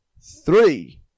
Three